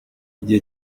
igihe